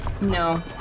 No